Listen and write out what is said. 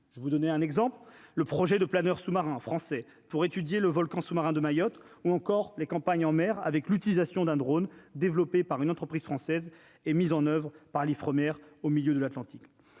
je vous donner un exemple : le projet de planeurs sous-marins français pour étudier le volcan sous-marin de Mayotte ou encore les campagnes en mer avec l'utilisation d'un drone, développé par une entreprise française et mise en oeuvre par l'Ifremer au milieu de l'Atlantique,